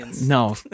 no